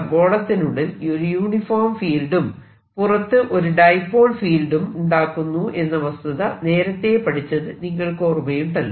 ഗോളത്തിനുള്ളിൽ ഒരു യൂണിഫോം ഫീൽഡും പുറത്തു ഒരു ഡൈപോൾ ഫീൽഡും ഉണ്ടാക്കുന്നു എന്ന വസ്തുത നേരത്തെ പഠിച്ചത് നിങ്ങൾക്കോർമയുണ്ടല്ലോ